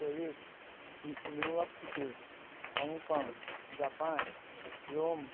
Paris New York city Hong Kong Japan Rome